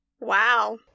Wow